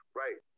right